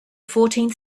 fourteenth